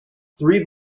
three